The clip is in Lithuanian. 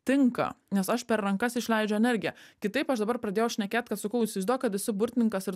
tinka nes aš per rankas išleidžiu energiją kitaip aš dabar pradėjau šnekėt kad sakau įsivaizduok kad esi burtininkas ir